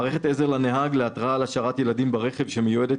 מערכת עזר לנהג להתרעה על השארת ילדים ברכב שמיועדת